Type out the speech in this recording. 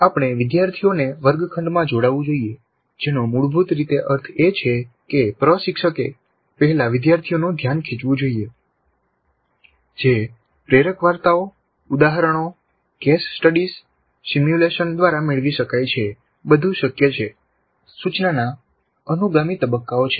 આપણે વિદ્યાર્થીઓને વર્ગખંડમાં જોડાવું જોઈએ જેનો મૂળભૂત રીતે અર્થ એ છે કે પ્રશિક્ષકે પહેલા વિદ્યાર્થીઓનું ધ્યાન ખેંચવું જોઈએ જે પ્રેરક વાર્તાઓ ઉદાહરણો કેસ સ્ટડીઝ સિમ્યુલેશન દ્વારા મેળવી શકાય છે બધું શક્ય છે સૂચનાના અનુગામી તબક્કાઓ છે